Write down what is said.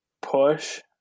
push